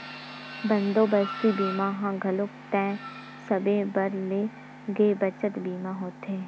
बंदोबस्ती बीमा ह घलोक तय समे बर ले गे बचत बीमा होथे